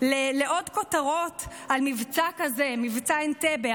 לעוד כותרות על מבצע כזה, מבצע אנטבה.